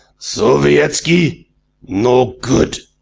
sovietski no good!